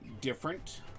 different